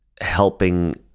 helping